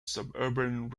suburban